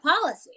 policy